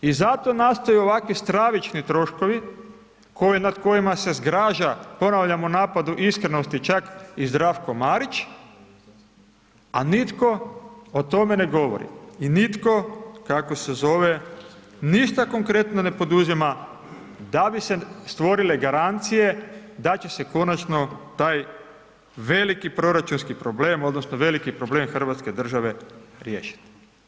I zato nastaju ovakvi stravični troškovi nad kojima se zgraža, ponavljam u napadu iskrenosti, čak i Zdravko Marić, a nitko o tome ne govori i nitko, kako se zove, ništa konkretno ne poduzima, da bi se stvorile garancije da će se konačno taj veliki proračunski problem, odnosno veliki problem hrvatske države riješiti.